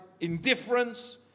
indifference